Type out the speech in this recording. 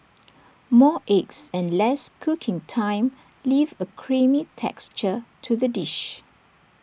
more eggs and less cooking time leave A creamy texture to the dish